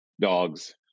dogs